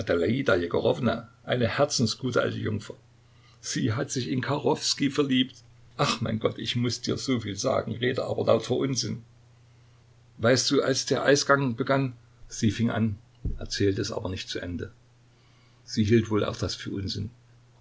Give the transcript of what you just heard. eine herzensgute alte jungfer sie hat sich in kachowskij verliebt ach mein gott ich muß dir so viel sagen rede aber lauter unsinn weißt du als der eisgang begann sie fing an erzählte es aber nicht zu ende sie hielt wohl auch das für unsinn